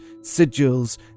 sigils